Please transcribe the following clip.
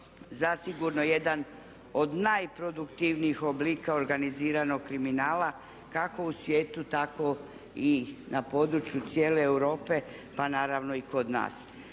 zasigurno jedan od najproduktivnijih oblika organiziranog kriminala kako u svijetu tako i na području cijele Europe pa naravno i kod nas.